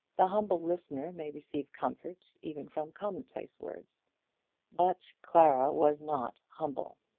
the humble listener may receive comfort even from commonplace words but clara was not humble,